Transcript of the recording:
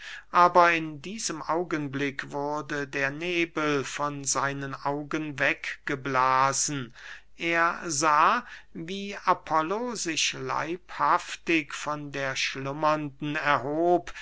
aber in diesem augenblick wurde der nebel von seinen augen weggeblasen er sah wie apollo sich leibhaftig von der schlummernden erhob